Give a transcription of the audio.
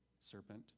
serpent